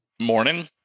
Morning